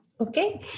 Okay